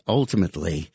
ultimately